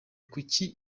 kuki